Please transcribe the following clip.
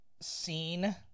scene